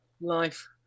life